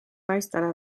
naistele